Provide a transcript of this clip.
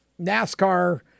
NASCAR